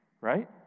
Right